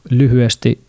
lyhyesti